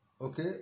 okay